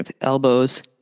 elbows